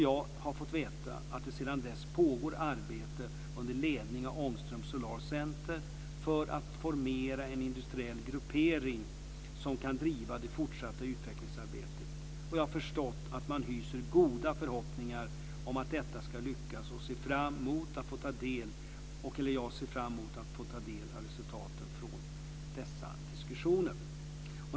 Jag har fått veta att det sedan dess pågår arbete under ledning av Ångström Solar Center för att formera en industriell gruppering som kan driva det fortsatta utvecklingsarbetet. Jag har förstått att man hyser goda förhoppningar om att detta ska lyckas, och jag ser fram mot att få ta del av resultaten från dessa diskussioner.